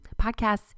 podcasts